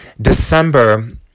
December